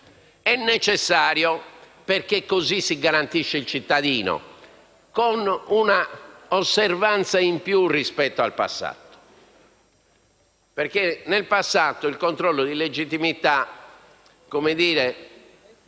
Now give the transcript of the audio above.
È necessario, perché così si garantisce il cittadino, con un'osservanza in più rispetto al passato. Nel passato, infatti, il controllo di legittimità era